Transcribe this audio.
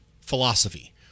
philosophy